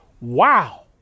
Wow